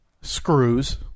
screws